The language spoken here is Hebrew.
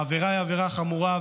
העבירה היא עבירה חמורה,